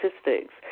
statistics